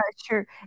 sure